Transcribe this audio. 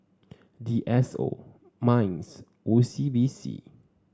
D S O Minds O C B C